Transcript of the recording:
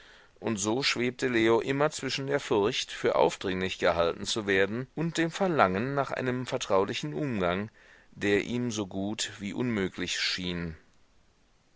und so schwebte leo immer zwischen der furcht für aufdringlich gehalten zu werden und dem verlangen nach einem vertraulichen umgang der ihm so gut wie unmöglich schien